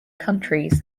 countries